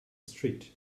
street